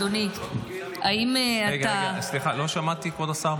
אדוני, האם אתה --- סליחה, לא שמעתי, כבוד השר.